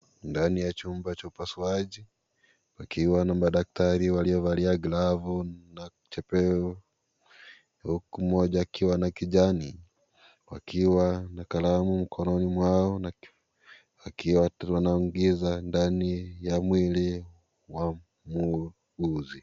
Ndani cha nyumba cha upasuaji ,pakiwa na madaktari waliovalia glavu na chepeo huku mmoja akiwa na kijani akiwa na kalamu mkononi mwao, akiwa anaingiza ndani ya mwili wa muuguzi .